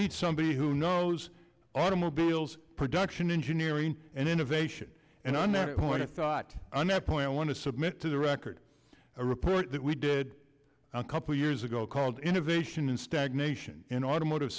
need somebody who knows automobiles production engineering and innovation and on that point of thought on that point i want to submit to the record a report that we did a couple years ago called innovation in stagnation in automotive